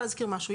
משהו,